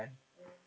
ya